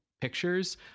pictures